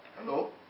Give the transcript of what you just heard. Hello